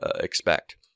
expect